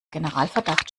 generalverdacht